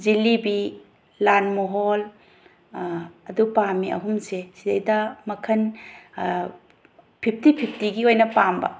ꯖꯤꯂꯤꯕꯤ ꯂꯥꯜ ꯃꯣꯍꯣꯟ ꯑꯗꯨ ꯄꯥꯝꯃꯤ ꯑꯍꯨꯝꯁꯦ ꯁꯤꯗꯒꯤꯁꯤꯗ ꯃꯈꯜ ꯐꯤꯞꯇꯤ ꯐꯤꯞꯇꯤꯒꯤ ꯑꯣꯏꯅ ꯄꯥꯝꯕ